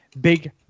big